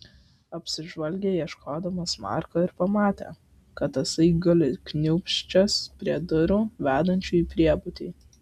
apsižvalgė ieškodamas marko ir pamatė kad tasai guli kniūbsčias prie durų vedančių į priebutį